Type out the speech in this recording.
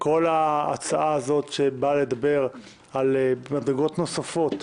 ההצעה הזאת, שבאה לדבר על מדרגות נוספות,